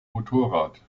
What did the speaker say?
motorrad